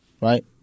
right